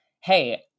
hey